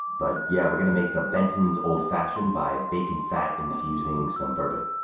but yeah, we're gonna make the benton's old fashioned by bacon fat, infusing some bourbon.